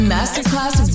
Masterclass